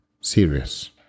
Serious